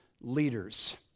leaders